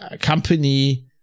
company